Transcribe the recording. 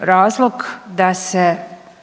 razlog da se